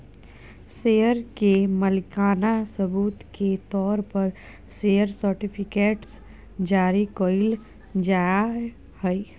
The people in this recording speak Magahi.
शेयर के मालिकाना सबूत के तौर पर शेयर सर्टिफिकेट्स जारी कइल जाय हइ